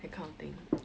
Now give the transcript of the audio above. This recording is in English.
that kind of thing